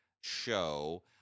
show